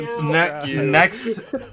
Next